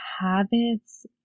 habits